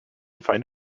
find